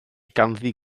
ganddi